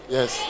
Yes